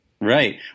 Right